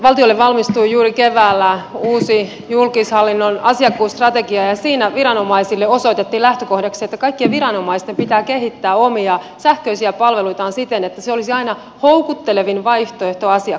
valtiolle valmistui juuri keväällä uusi julkishallinnon asiakkuusstrategia ja siinä viranomaisille osoitettiin lähtökohdaksi että kaikkien viranomaisten pitää kehittää omia sähköisiä palveluitaan siten että se olisi aina houkuttelevin vaihtoehto asiakkaalle